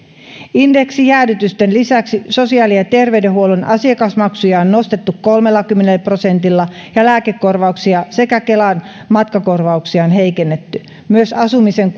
indeksijäädytysten lisäksi sosiaali ja terveydenhuollon asiakasmaksuja on nostettu kolmellakymmenellä prosentilla ja lääkekorvauksia sekä kelan matkakorvauksia on heikennetty myös asumisen